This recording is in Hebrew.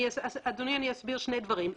אדוני, אסביר שני דברים.